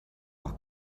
noch